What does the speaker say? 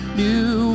new